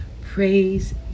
praise